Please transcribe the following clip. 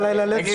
כואב.